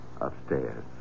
Upstairs